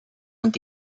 und